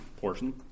portion